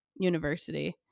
university